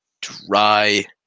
dry